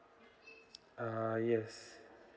err yes